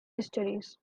histories